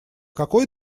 какой